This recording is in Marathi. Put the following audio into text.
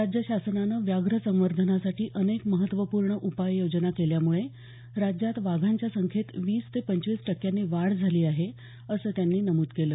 राज्य शासनानं व्याघ्र संवर्धनसाठी अनेक महत्त्वपूर्ण उपाययोजना केल्यामुळे राज्यात वाघांच्या संख्येत वीस ते पंचवीस टक्क्यांनी वाढ झाली आहे असं त्यांनी नमूद केलं